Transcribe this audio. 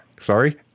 Sorry